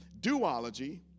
duology